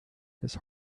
his